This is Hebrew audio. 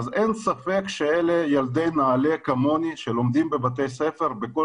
אין ספק שאלה ילדי נעל"ה כמוני שלומדים בבתי ספר בכל